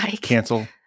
Cancel